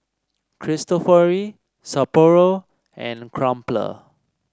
Cristofori Sapporo and Crumpler